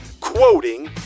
quoting